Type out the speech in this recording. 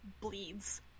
bleeds